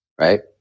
Right